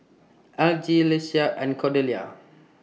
Algie Leesa and Cordelia